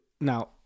now